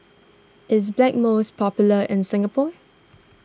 is Blackmores popular in Singapore